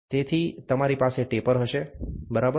તેથી તમારી પાસે ટેપર હશે બરાબર